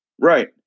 right